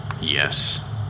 Yes